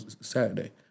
Saturday